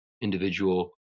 individual